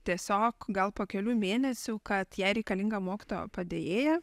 tiesiog gal po kelių mėnesių kad jai reikalinga mokytojo padėjėja